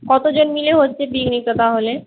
কত জন মিলে হচ্ছে পিকনিকটা তাহলে